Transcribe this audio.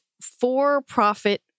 for-profit